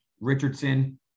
Richardson